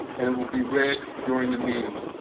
and it will be read during the meeting.